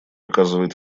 оказывает